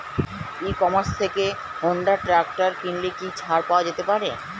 ই commerce থেকে Honda tractor কিনলে কি ছাড় পাওয়া যেতে পারে?